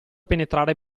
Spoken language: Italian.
penetrare